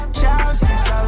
chopsticks